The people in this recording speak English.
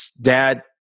dad